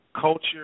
culture